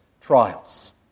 trials